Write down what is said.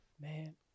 Man